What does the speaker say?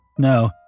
No